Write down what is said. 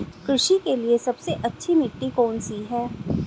कृषि के लिए सबसे अच्छी मिट्टी कौन सी है?